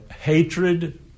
hatred